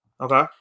Okay